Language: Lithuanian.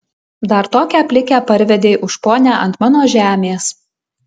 dar tokią plikę parvedei už ponią ant mano žemės